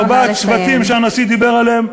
ואותם ארבעת השבטים שהנשיא דיבר עליהם,